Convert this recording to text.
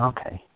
Okay